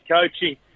coaching